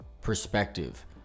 perspective